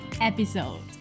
episode